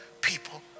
people